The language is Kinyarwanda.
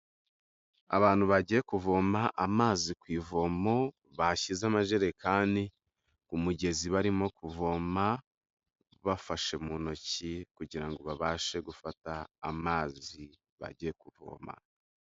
Abantu bagiye kuvoma amazi ku ivomo, bashyize amajerekani ku mugezi barimo kuvoma bafashe mu ntoki kugira ngo babashe gufata amazi bagiye kuvoma.